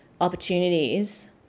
opportunities